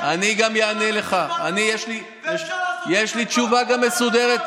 יש לי תשובה מסודרת,